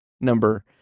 number